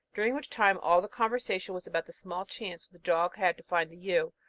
during which time all the conversation was about the small chance which the dog had to find the ewe,